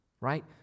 right